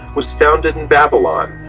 was founded in babylon,